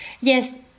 Yes